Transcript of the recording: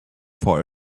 for